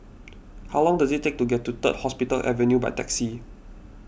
how long does it take to get to Third Hospital Avenue by taxi